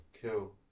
kill